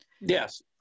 Yes